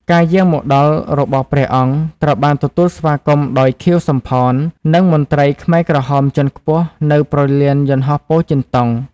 ការយាងមកដល់របស់ព្រះអង្គ ត្រូវបានទទួលស្វាគមន៍ដោយ ខៀវ សំផន និងមន្ត្រីខ្មែរក្រហមជាន់ខ្ពស់នៅព្រលានយន្តហោះពោធិ៍ចិនតុង។